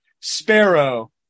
sparrow